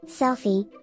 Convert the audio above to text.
selfie